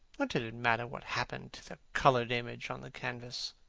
what did it matter what happened to the coloured image on the canvas?